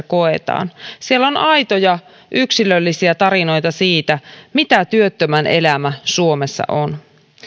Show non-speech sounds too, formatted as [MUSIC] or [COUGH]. [UNINTELLIGIBLE] koetaan siellä on aitoja yksilöllisiä tarinoita siitä mitä työttömän elämä suomessa on